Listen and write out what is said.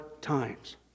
times